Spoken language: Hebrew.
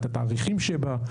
את התאריכים שבה,